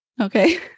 Okay